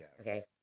Okay